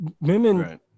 women